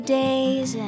days